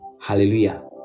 hallelujah